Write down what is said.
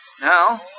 Now